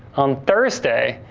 on thursday,